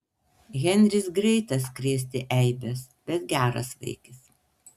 henris greitas krėsti eibes bet geras vaikis